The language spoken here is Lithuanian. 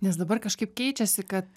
nes dabar kažkaip keičiasi kad